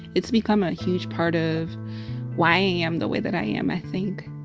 it's become a huge part of why am the way that i am i think,